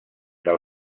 del